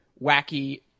wacky